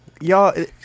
y'all